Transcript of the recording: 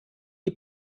die